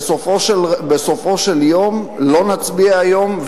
בסופו של יום לא נצביע היום,